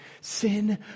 sin